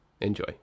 Enjoy